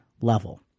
level